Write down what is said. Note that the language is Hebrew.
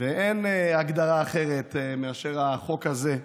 ואין הגדרה אחרת לחוק הזה,